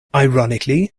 ironically